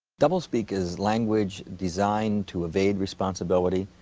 doublespeak is language designed to evade responsibility,